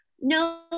No